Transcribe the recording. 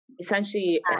Essentially